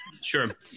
Sure